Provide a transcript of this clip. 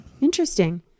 Interesting